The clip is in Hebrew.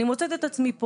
אני מוצאת את עצמי,